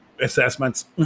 assessments